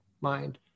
mind